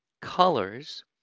colors